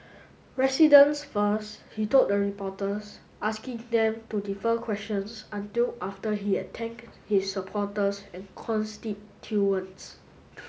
residents first he told the reporters asking them to defer questions until after he had thanked his supporters and constituents